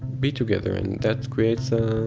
be together. and that creates a